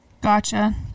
Gotcha